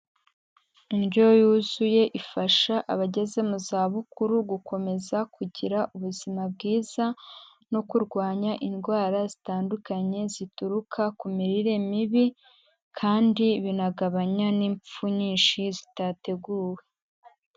Indyo yuzuye ifasha abageze mu zabukuru gukomeza kugira ubuzima bwiza, no kurwanya indwara zitandukanye zituruka ku mirire mibi kandi binagabanya n'imfu nyinshi zitateguwe.